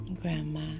Grandma